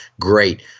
Great